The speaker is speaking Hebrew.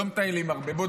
לא מטיילים הרבה,